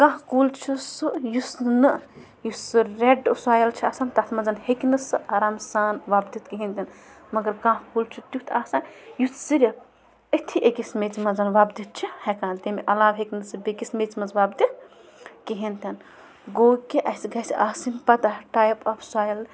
کانٛہہ کُل چھُ سُہ یُس نہٕ یُس سُہ رٮ۪ڈ سایِل چھِ آسان تَتھ منٛز ہیٚکہِ نہٕ سُہ آرام سان وۄپدِتھ کِہیٖنۍ تہِ نہٕ مگر کانٛہہ کُل چھُ تیُتھ آسان یُس صرف أتھی أکِس میٚژِ منٛز وۄپدِتھ چھِ ہٮ۪کان تمہِ علاوٕ ہیٚکہِ نہٕ سُہ بیٚکِس میٚژِ منٛز وۄپدِتھ کِہیٖنۍ تہِ نہٕ گوٚو کہِ اَسہِ گژھِ آسٕنۍ پَتَہ ٹایِپ آف سایِل